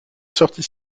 sortie